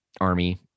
army